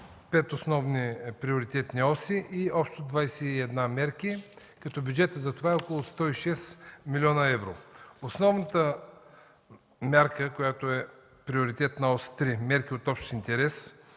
пет основни приоритетни оси и общо 21 мерки, като бюджетът за това е около 106 млн. евро. Основната мярка, която е Приоритетна ос 3 „Мерки от общ интерес”,